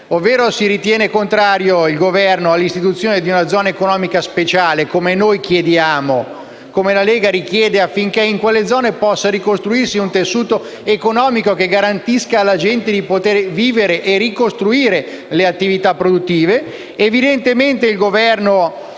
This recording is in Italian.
Ovvero, si dichiara contrario all'istituzione di una zona economica speciale, come la Lega richiede, affinché in quelle zone possa ricostruirsi un tessuto economico che garantisca alla gente di poter vivere e ricostruire le attività produttive.